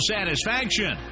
Satisfaction